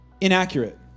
inaccurate